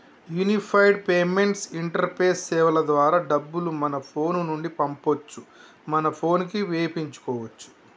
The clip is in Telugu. యూనిఫైడ్ పేమెంట్స్ ఇంటరపేస్ సేవల ద్వారా డబ్బులు మన ఫోను నుండి పంపొచ్చు మన పోనుకి వేపించుకోచ్చు